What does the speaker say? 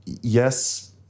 yes